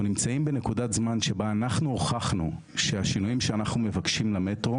אנחנו נמצאים בנקודת זמן שבה אנחנו הוכחנו שהשינויים שאנחנו מבקשים למטרו